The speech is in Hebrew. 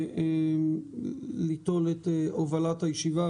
ליטול את הובלת הישיבה,